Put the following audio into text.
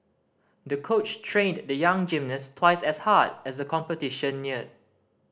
the coach trained the young gymnast twice as hard as a competition neared